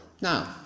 Now